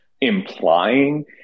implying